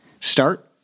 start